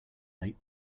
they